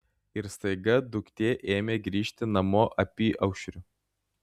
ir staiga duktė ėmė grįžti namo apyaušriu